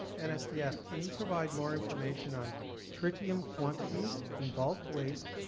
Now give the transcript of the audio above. nsdf, can you provide more information on tritium quantities in bulk waste,